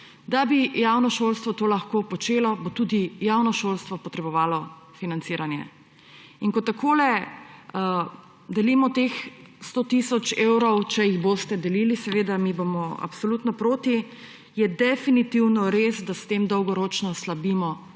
Da bi javno šolstvo to lahko počelo, bo tudi javno šolstvo potrebovalo financiranje. In ko takole delimo teh 100 tisoč evrov, če jih boste delili, seveda, mi bomo absolutno proti, je definitivno res, da s tem dolgoročno slabimo